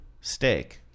steak